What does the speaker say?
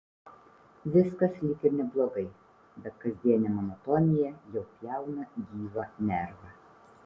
viskas lyg ir neblogai bet kasdienė monotonija jau pjauna gyvą nervą